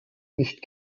nicht